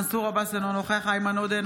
מנסור עבאס, אינו נוכח איימן עודה,